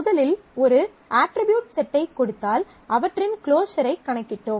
முதலில் ஒரு அட்ரிபியூட் செட்டைக் கொடுத்தால் அவற்றின் க்ளோஸர் ஐக் கணக்கிட்டோம்